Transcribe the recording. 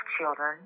children